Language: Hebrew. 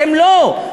אתם לא.